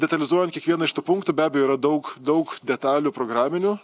detalizuojant kiekvieną iš tų punktų be abejo yra daug daug detalių programinių